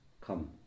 Come